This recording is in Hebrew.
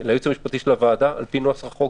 אם נוציא מסר שזה נגמר ונרוץ לשחרר,